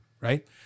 right